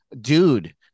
dude